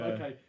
Okay